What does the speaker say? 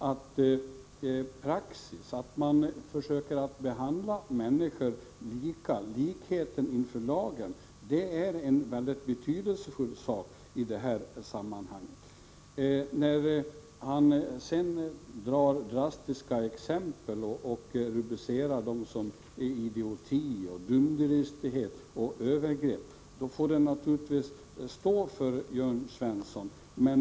Men är ändå inte den praxis som går ut på att människor skall behandlas lika inför lagen betydelsefull i sammanhanget? De drastiska exempel, som Jörn Svensson redovisar, och som han rubricerar som idioti, dumdristighet och övergrepp får naturligtvis stå för hans räkning.